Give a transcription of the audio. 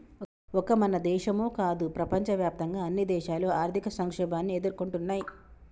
ఒక మన దేశమో కాదు ప్రపంచవ్యాప్తంగా అన్ని దేశాలు ఆర్థిక సంక్షోభాన్ని ఎదుర్కొంటున్నయ్యి